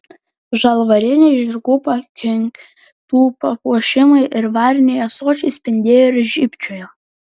žalvariniai žirgų pakinktų papuošimai ir variniai ąsočiai spindėjo ir žybčiojo